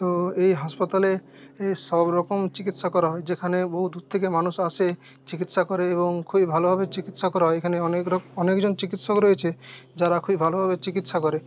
তো এই হাসপাতালে এ সবরকম চিকিৎসা করা হয় যেখানে বহু দূর থেকে মানুষ আসে চিকিৎসা করে এবং খুবই ভালোভাবে চিকিৎসা করা হয় এখানে অনেকজন চিকিৎসক রয়েছে যারা খুবই ভালোভাবে চিকিৎসা করে